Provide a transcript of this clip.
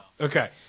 Okay